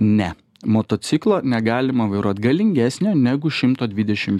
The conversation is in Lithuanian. ne motociklo negalima vairuot galingesnio negu šimto dvidešim